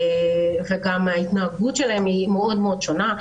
וגם ההתנהגות שלהם מאוד מאוד שונה.